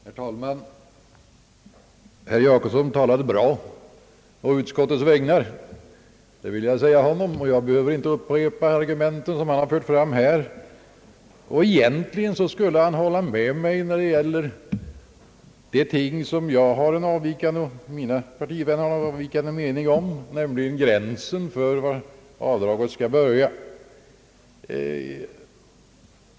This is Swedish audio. Herr talman! Herr Jacobsson talade bra på utskottets vägnar, och jag behöver inte upprepa de argument han här har framfört. Egentligen skulle han hålla med mig i den fråga där jag och mina partivänner har en avvikande mening, nämligen gränsen där avdraget skall börja.